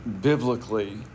biblically